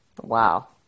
Wow